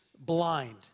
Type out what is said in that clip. blind